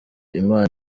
imana